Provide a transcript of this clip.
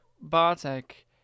Bartek